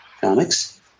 comics